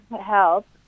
help